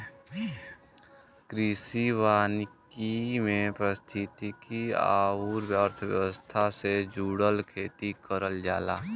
कृषि वानिकी में पारिस्थितिकी आउर अर्थव्यवस्था से जुड़ल खेती करल जाला